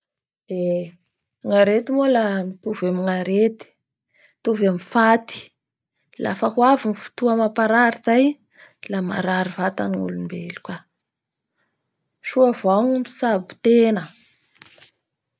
Eee gnarety moa la mitovy amin'ny arety-mitovy amin'ny faty lafa avy ny fotoa mamparary zay la marary vatany ny olombelo soa avao ny mitsabo tegna.